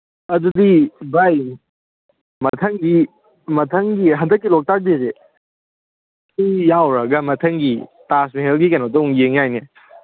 ꯑꯗꯨꯗꯤ ꯚꯥꯏ ꯃꯊꯪꯗꯤ ꯃꯊꯪꯒꯤ ꯍꯟꯗꯛꯀꯤ ꯂꯣꯛꯇꯥꯛ ꯗꯦꯁꯦ ꯁꯤ ꯌꯥꯎꯔꯨꯔꯒ ꯃꯊꯪꯒꯤ ꯇꯥꯖ ꯃꯦꯍꯜꯒꯤ ꯀꯩꯅꯣꯗꯨ ꯑꯃꯨꯛ ꯌꯦꯡ ꯌꯥꯏꯅꯦ